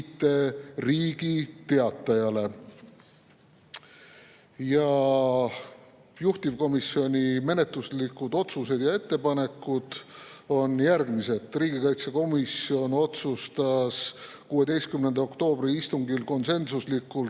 Riigi Teatajale. Juhtivkomisjoni menetluslikud otsused ja ettepanekud on järgmised. Riigikaitsekomisjon otsustas 16. oktoobri istungil konsensuslikult,